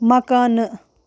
مکانہٕ